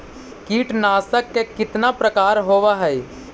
कीटनाशक के कितना प्रकार होव हइ?